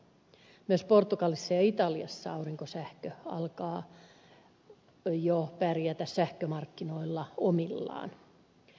myös portugalissa ja italiassa aurinkosähkö alkaa jo pärjätä sähkömarkkinoilla omillaan